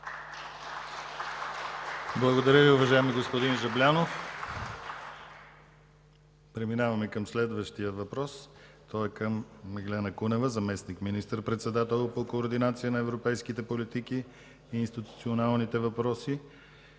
Благодаря Ви, уважаеми господин Жаблянов. Преминаваме към следващия въпрос. Той е към Меглена Кунева – заместник министър-председател по координация на европейските политики и институционалните въпроси.